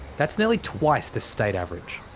that's nearly twice the state average.